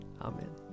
Amen